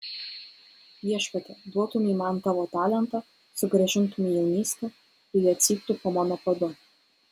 viešpatie duotumei man tavo talentą sugrąžintumei jaunystę ir jie cyptų po mano padu